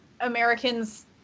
Americans